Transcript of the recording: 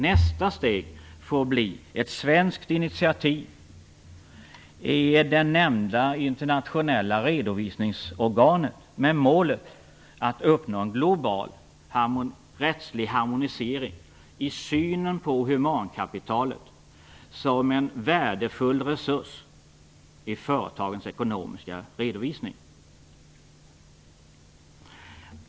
Nästa steg får bli ett svenskt initiativ i nämnda internationella redovisningsorgan, med mål att uppnå en global rättslig harmonisering i synen på humankapitalet som en värdefull resurs i företagens ekonomiska redovisning.